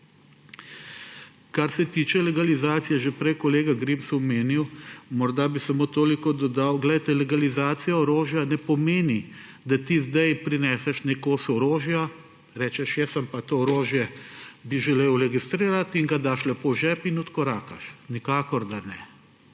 Kar se tiče legalizacije, kar je že prej kolega Grims omenil. Morda bi samo toliko dodal. Legalizacija orožja ne pomeni, da ti zdaj prineseš nek kos orožja, češ, jaz bi želel to orožje registrirati in ga daš lepo v žep ter odkorakaš. Nikakor da ne.